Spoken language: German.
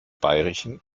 bayerischen